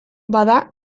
bada